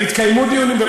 התקיימו דיונים.